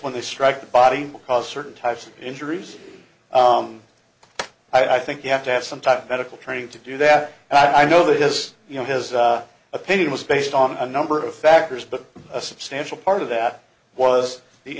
when they strike the body will cause certain types of injuries i think you have to have some type of medical training to do that and i know this you know his opinion was based on a number of factors but a substantial part of that was the